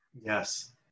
Yes